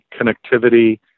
connectivity